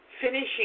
finishing